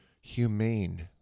humane